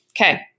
okay